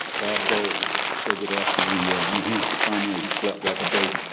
bob dole said that after the new hampshire primary, he slept like a baby.